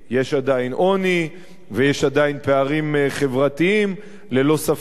יש עדיין עוני, ויש עדיין פערים חברתיים, ללא ספק,